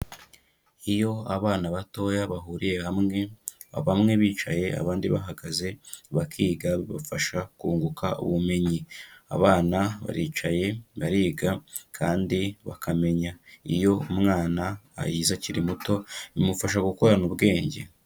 Iyo abana batoya bahuriye hamwe, bamwe bicaye abandi bahagaze bakiga bafasha kunguka ubumenyi, abana baricaye bariga kandi bakamenya, iyo umwana yize akiri muto bimufasha gukurana ubwenge.